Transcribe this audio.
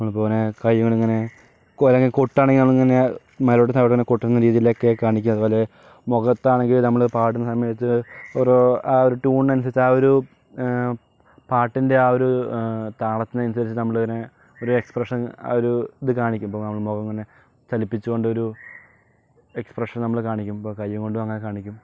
നമ്മളിപ്പോൾ ഇങ്ങനെ കൈ കൊണ്ടിങ്ങനെ കോലുകൊണ്ട് കൊട്ടാണിങ്ങനെ മേലോട്ടും താഴോട്ടും കൊട്ടുന്ന രീതിലൊക്കെ കാണിക്കും അതേപോലെ മുഖത്താണെങ്കിൽ നമ്മള് പാടുന്ന സമയത്ത് ഓരോ ആ ഒരു ട്യൂണിനനുസരിച്ച് ആ ഒരു പാട്ടിൻ്റെ ആ ഒരു താളത്തിനനുസരിച്ച് നമ്മളിങ്ങനെ ഒരു എക്സ്പ്രെഷൻ ആ ഒരു ഒരിത് കാണിക്കും ഇപ്പൊൾ മുഖം ഇങ്ങനെ ചലിപ്പിച്ചുകൊണ്ടൊരു എക്സ്പ്രെഷൻ നമ്മള് കാണിക്കും ഇപ്പോൾ കയ്യും കൊണ്ടും അങ്ങനെ കാണിക്കും